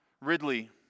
Ridley